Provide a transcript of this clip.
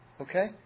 Okay